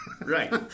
right